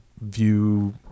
view